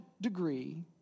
degree